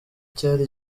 cyari